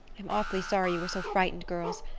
i'm awfully sorry you were so frightened, girls.